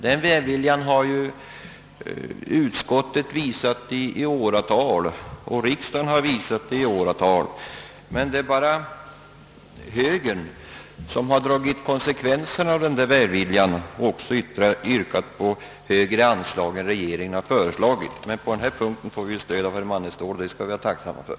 Den välviljan har utskottet visat i åratal och riksdagen likaså, men det är bara högern som har dragit konsekvensen och också yrkat på högre anslag än vad regeringen har föreslagit. På den här punkten får vi nu stöd av herr Ståhl, och det skall vi vara tacksamma för.